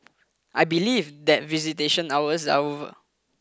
I believe that visitation hours are over